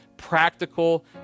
practical